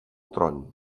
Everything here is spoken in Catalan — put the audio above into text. tron